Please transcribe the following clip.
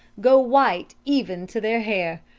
go white even to their hair.